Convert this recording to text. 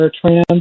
trans